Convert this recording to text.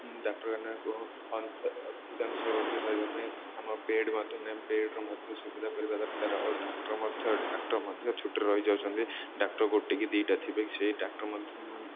ଡାକ୍ତରଖାନାରେ କହୁ ଅଧିକାଂଶ ରୋଗୀ ରହିବା ପାଇଁ ଆମର ବେଡ଼ ମଧ୍ୟ ନାହିଁ ବେଡ଼ର ମଧ୍ୟ ସୁବିଧା କରିବା ଦରକାର ଆଉ ଡକ୍ଟର ମଧ୍ୟ ଡକ୍ଟର ମଧ୍ୟ ଛୁଟିରେ ରହିଯାଉଛନ୍ତି ଡକ୍ଟର ଗୋଟେ କି ଦୁଇଟା ଥିବେ ସେଇ ଡକ୍ଟର ମଧ୍ୟ